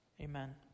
Amen